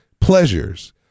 pleasures